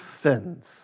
sins